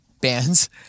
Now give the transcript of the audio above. bands